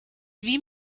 wie